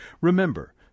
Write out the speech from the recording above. Remember